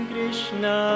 Krishna